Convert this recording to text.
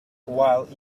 while